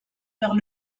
vers